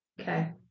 Okay